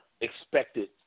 expected